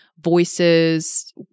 voices